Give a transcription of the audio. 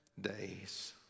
days